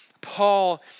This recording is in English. Paul